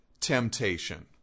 temptation